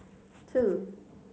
two